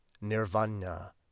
Nirvana